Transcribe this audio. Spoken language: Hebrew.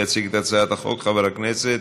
יציג את הצעת החוק חבר הכנסת